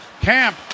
Camp